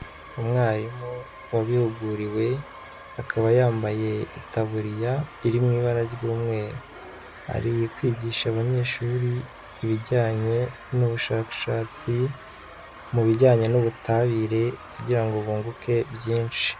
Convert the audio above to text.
Umwarimu wabihuguriwe, akaba yambaye itaburiya iri mu ibara ry'umweru. Ari kwigisha abanyeshuri ibijyanye n'ubushakashatsi, mu bijyanye n'ubutabire, kugira ngo bunguke byinshi.